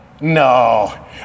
No